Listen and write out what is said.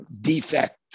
defect